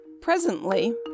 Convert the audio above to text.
Presently